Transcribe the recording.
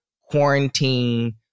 quarantine